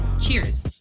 cheers